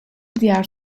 diğer